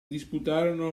disputarono